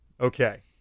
Okay